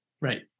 Right